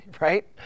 right